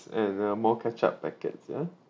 and uh more ketchup packets ya